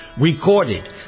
Recorded